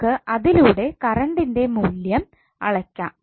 നമുക്ക് അതിലൂടെ കറണ്ടിന്റെ മൂല്യം അളക്കാം